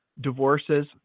divorces